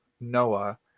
Noah